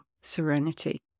serenity